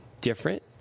different